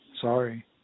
Sorry